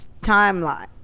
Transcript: timeline